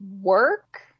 work